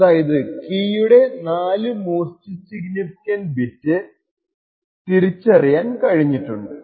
അതായതു കീയുടെ 4 most significant bits തിരിച്ചറിയാൻ കഴിഞ്ഞിട്ടുണ്ട്